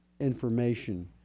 information